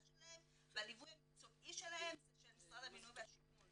שלהם והליווי המקצועי שלהם הוא של משרד הבינוי והשיכון,